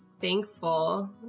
thankful